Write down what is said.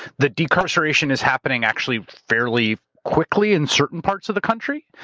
the decarceration is happening actually fairly quickly in certain parts of the country.